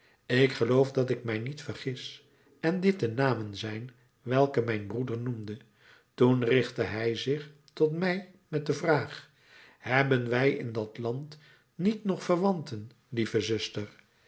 ik geloof dat ik mij niet vergis en dit de namen zijn welke mijn broeder noemde toen richtte hij zich tot mij met de vraag hebben wij in dat land niet nog verwanten lieve zuster